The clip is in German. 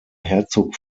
herzog